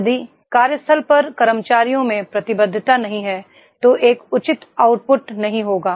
यदि कार्यस्थल पर कर्मचारियों में प्रतिबद्धता नहीं है तो एक उचित आउटपुट नहीं होगा